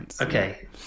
Okay